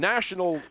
National